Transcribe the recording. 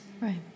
Right